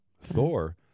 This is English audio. Thor